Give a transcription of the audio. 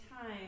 time